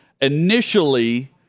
initially